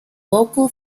local